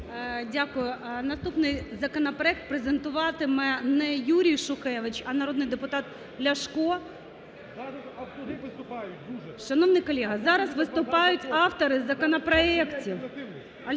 Дякую. Наступний законопроект презентуватиме не Юрій Шухевич, а народний депутат Ляшко. Шановний колега, зараз виступають автори законопроектів,